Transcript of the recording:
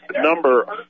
number